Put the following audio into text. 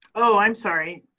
oh, i'm sorry,